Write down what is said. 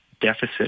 deficit